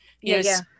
Yes